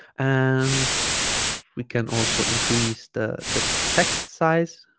and we can also increase the the text size